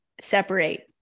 separate